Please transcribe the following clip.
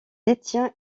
détient